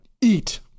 eat